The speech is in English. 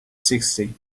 sixty